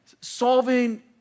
Solving